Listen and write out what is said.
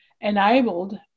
enabled